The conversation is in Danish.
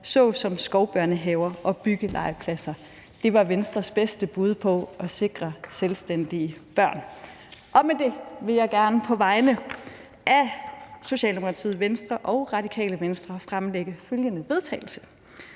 såsom skovbørnehaver og byggelegepladser ...« Det var Venstres bedste bud på at sikre selvstændige børn. Med det vil jeg gerne på vegne af Socialdemokratiet, Venstre og Radikale Venstre fremsætte følgende: Forslag